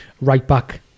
Right-back